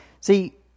see